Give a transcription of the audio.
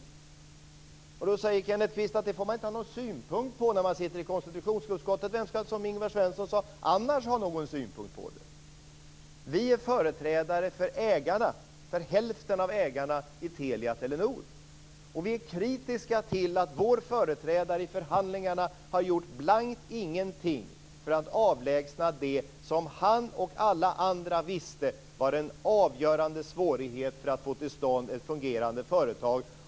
Då säger Kenneth Kvist att man inte får ha någon synpunkt på det när man sitter i konstitutionsutskottet. Men, som Ingvar Svensson sade, vem ska annars ha någon synpunkt på det? Vi är företrädare för hälften av ägarna i Telia Telenor. Vi är kritiska till att vår företrädare i förhandlingarna har gjort blankt ingenting för att avlägsna det som han och alla andra visste var en avgörande svårighet för att få till stånd ett fungerande företag.